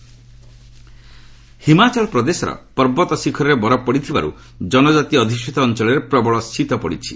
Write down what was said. HP weather ହିମାଚଳ ପ୍ରଦେଶର ପର୍ବତ ଶିଖରରେ ବରଫ ପଡ଼ିଥିବାରୁ ଜନଜାତି ଅଧ୍ୟୁଷିତ ଅଞ୍ଚଳରେ ପ୍ରବଳ ଶୀତ ପଡ଼ିଛି